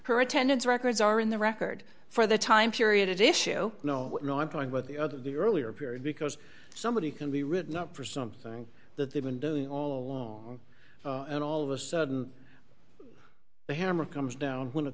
her attendance records are in the record for the time period issue no no i'm going with the other the earlier period because somebody can be written up for something that they've been doing all along and all of a sudden the hammer comes down when it